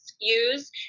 use